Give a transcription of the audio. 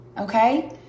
Okay